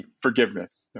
forgiveness